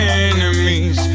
enemies